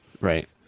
right